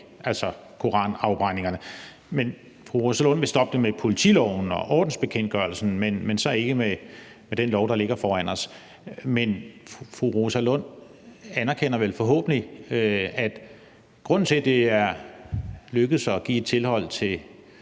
altså koranafbrændingerne. Fru Rosa Lund vil stoppe det med politiloven og ordensbekendtgørelsen, men ikke med den lov, der så ligger foran os. Men fru Rosa Lund anerkender vel forhåbentlig, at grunden til, at det er lykkedes at give et tilhold til